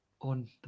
on